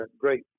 great